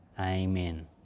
amen